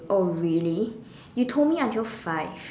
oh really you told me until five